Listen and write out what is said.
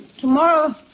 Tomorrow